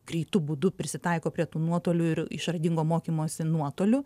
greitu būdu prisitaiko prie tų nuotolių ir išradingo mokymosi nuotoliu